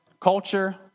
culture